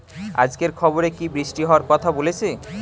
আজকের খবরে কি বৃষ্টি হওয়ায় কথা বলেছে?